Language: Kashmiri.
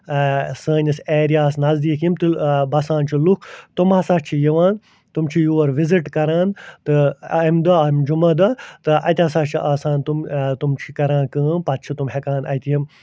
سٲنِس ایریاہس نزدیٖک یِم تہٕ بَسان چھُ لُکھ تِم ہَسا چھِ یِوان تِم چھِ یور وِزِٹ کَران تہٕ اَمہِ دۄہ اَمہِ جُمعہ دۄہ تہٕ اَتہِ ہسا چھِ آسان تِم تِم چھِ یہِ کَران کٲم پتہٕ چھِ تِم ہٮ۪کان اَتہِ یِم